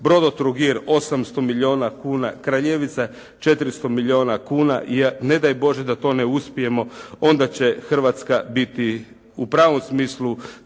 "Brodotrogir" 800 milijuna kuna, "Kraljevica" 400 milijuna kuna. Ne daj Bože da to ne uspijemo, onda će Hrvatska biti u pravom smislu